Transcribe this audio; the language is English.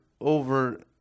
over